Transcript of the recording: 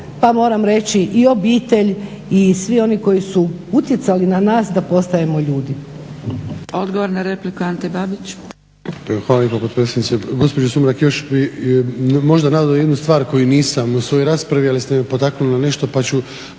pa moram reći i obitelj i svi oni koji su utjecali na nas da postajemo ljudi.